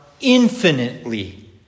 infinitely